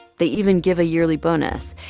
they even give a yearly bonus.